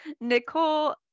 Nicole